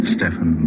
Stefan